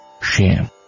shame